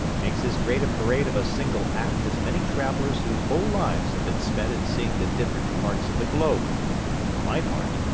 makes as great a parade of a single act as many travellers whose whole lives have been spent in seeing the different parts of the globe for my part,